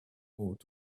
ought